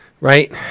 right